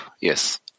Yes